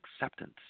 acceptance